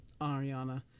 Ariana